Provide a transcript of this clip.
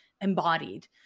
embodied